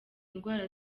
indwara